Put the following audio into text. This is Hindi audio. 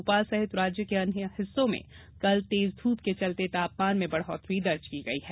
भोपाल सहित राज्य के अन्य हिस्सों में कल तेज धूप के चलते तापमान में बढ़ोतरी दर्ज की गई है